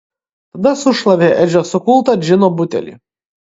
tada sušlavė edžio sukultą džino butelį